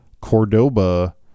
Cordoba